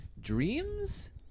dreams